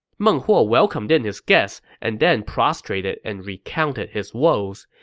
meng huo welcomed in his guests and then prostrated and recounted his woes.